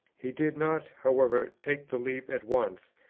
he did not, however, take the leap at once,